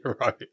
right